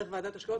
דרך ועדת השקעות.